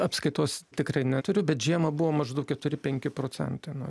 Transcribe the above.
apskaitos tikrai neturiu bet žiemą buvo maždaug keturi penki procentai nuo